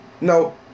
No